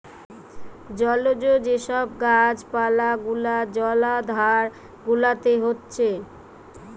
জলজ যে সব গাছ পালা গুলা জলাধার গুলাতে হচ্ছে